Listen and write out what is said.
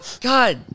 God